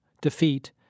defeat